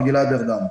מר גלעד ארדן.